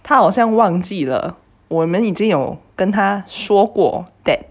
他好像忘记了我们已经有跟他说过 that